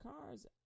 cars